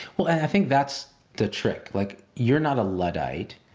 well, and i think that's the trick. like, you're not a luddite.